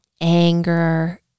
anger